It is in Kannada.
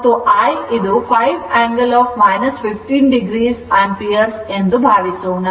ಮತ್ತು I5 angle 15 o ಆಂಪಿಯರ್ ಎಂದು ಭಾವಿಸೋಣ